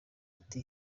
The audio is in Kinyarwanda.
ati